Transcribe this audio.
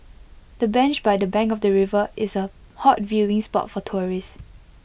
the bench by the bank of the river is A hot viewing spot for tourists